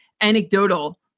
anecdotal